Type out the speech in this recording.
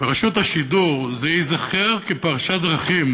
ייזכר ברשות השידור כפרשת דרכים